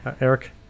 Eric